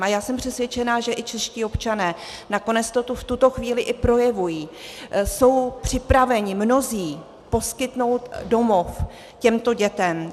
A já jsem přesvědčena, že i čeští občané nakonec toto i v tuto chvíli projevují, mnozí jsou připraveni poskytnout domov těmto dětem.